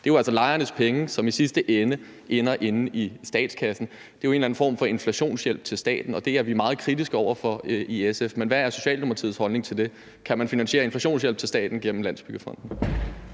Det er altså lejernes penge, som i sidste ende ender inde i statskassen. Det er jo en eller anden form for inflationshjælp til staten, og det er vi meget kritiske over for i SF. Men hvad er Socialdemokratiets holdning til det? Kan man finansiere inflationshjælp til staten gennem Landsbyggefonden?